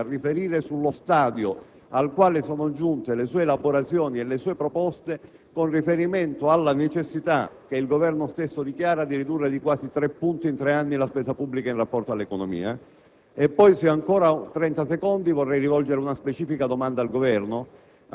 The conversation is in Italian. Credo sarebbe opportuno, ad esempio, che il Parlamento impegnasse il Governo a riferire ogni tre mesi sullo stadio al quale sono giunte le sue elaborazioni e le sue proposte, con riferimento alla necessità, che il Governo stesso dichiara, di ridurre di quasi tre punti in tre anni la spesa pubblica in rapporto all'economia.